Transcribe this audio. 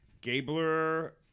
Gabler